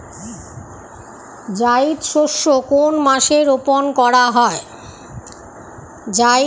জায়িদ শস্য কোন মাসে রোপণ করা হয়?